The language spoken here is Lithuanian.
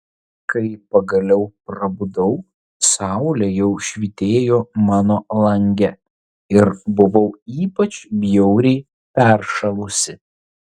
kai pagaliau prabudau saulė jau švytėjo mano lange ir buvau ypač bjauriai peršalusi